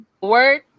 word